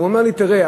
הוא אומר לי: תראה,